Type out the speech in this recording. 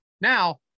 Now